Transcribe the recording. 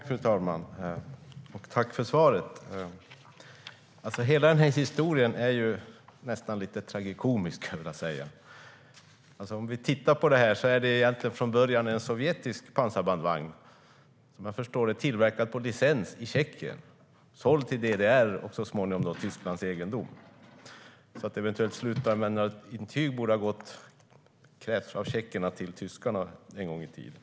Fru talman! Tack för svaret! Hela historien är nästan lite tragikomisk. Från början var det fråga om sovjetiska pansarbandvagnar tillverkade - som jag förstår det - på licens i Tjeckien, sålda till DDR och så småningom Tysklands egendom. Eventuellt slutanvändarintyg borde ha krävts av tjeckerna från tyskarna en gång i tiden.